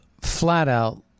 flat-out